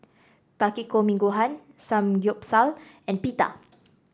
Takikomi Gohan Samgyeopsal and Pita